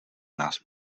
nás